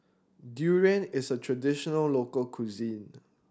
Durian is a traditional local cuisine